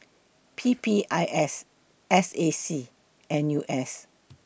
P P I S S A C N U S